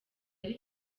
ari